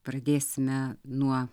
pradėsime nuo